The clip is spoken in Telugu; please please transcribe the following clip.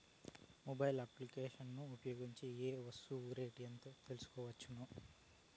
మొబైల్ అప్లికేషన్స్ ను ఉపయోగించి ఏ ఏ వస్తువులు రేట్లు తెలుసుకోవచ్చును?